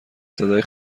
صدای